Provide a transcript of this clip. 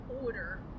order